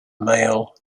male